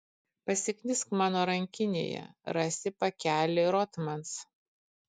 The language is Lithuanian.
pasiknisk mano rankinėje rasi pakelį rothmans